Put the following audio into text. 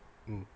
mm